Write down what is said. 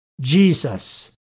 Jesus